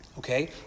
Okay